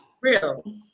Real